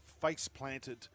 face-planted